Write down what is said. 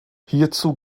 hierzu